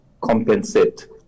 compensate